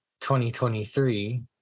2023